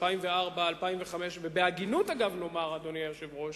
2004 ו-2005, אגב, אדוני היושב-ראש,